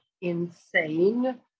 insane